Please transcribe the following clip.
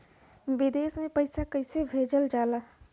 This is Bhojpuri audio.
विदेश में पैसा कैसे भेजल जाला?